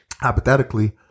hypothetically